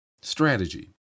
strategy